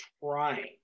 trying